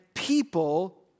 People